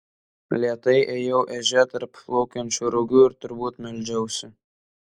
lėtai ėjau ežia tarp plaukiančių rugių ir turbūt meldžiausi